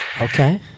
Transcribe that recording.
Okay